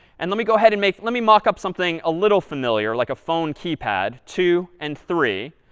and let me go ahead and make let me mock up something a little familiar, like a phone keypad, two, and three.